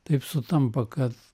taip sutampa kad